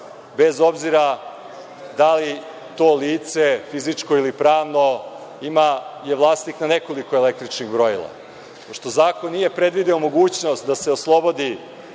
bez obzira da li je to lice fizičko ili pravno je vlasnik nekoliko električnih brojila. Pošto zakon nije predvideo mogućnost da se oslobodi